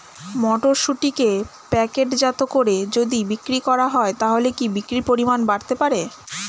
মটরশুটিকে প্যাকেটজাত করে যদি বিক্রি করা হয় তাহলে কি বিক্রি পরিমাণ বাড়তে পারে?